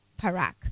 Parak